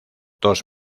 dos